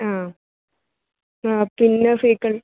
ആ ആ പിന്നെ